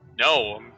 No